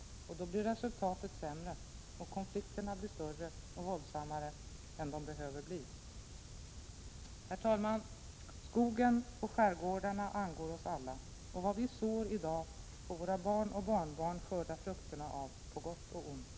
Då blir resultatet sämre, konflikterna större och våldsammare än de behöver bli. Herr talman! Skogen och skärgårdarna angår oss alla. Vad vi sår i dag får våra barn och barnbarn skörda frukterna av — på gott och ont.